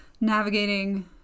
navigating